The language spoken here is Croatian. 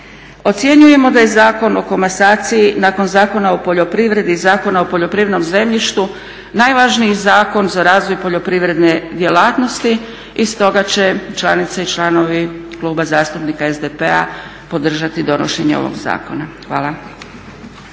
Ocjenjujemo da je Zakon o komasaciji nakon Zakona o poljoprivredi i Zakona o poljoprivrednom zemljištu najvažniji zakon za razvoj poljoprivredne djelatnosti i stoga će članice i članovi Kluba zastupnika SDP-a podržati donošenje ovog zakona. Hvala.